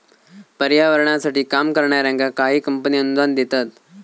पर्यावरणासाठी काम करणाऱ्यांका काही कंपने अनुदान देतत